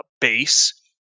base